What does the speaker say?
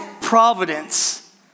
providence